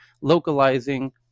localizing